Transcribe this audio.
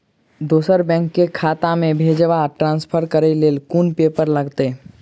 दोसर बैंक केँ खाता मे भेजय वा ट्रान्सफर करै केँ लेल केँ कुन पेपर लागतै?